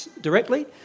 directly